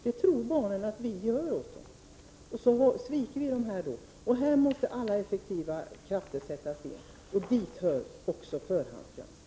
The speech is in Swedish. Det tror barnen att vi ser till åt dem. Så sviker vi dem. Här måste alla effektiva krafter sättas in, och dit hör också förhandsgranskning.